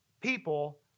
people